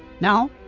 Now